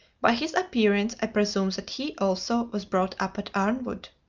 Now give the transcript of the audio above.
by his appearance, i presume that he, also, was brought up at arnwood?